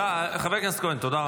חבר הכנסת כהן, תודה רבה.